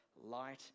light